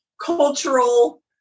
Cultural